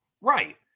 Right